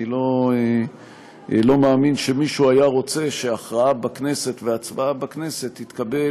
אני לא מאמין שמישהו היה רוצה שהכרעה בכנסת והצבעה בכנסת תתקבל